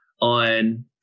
on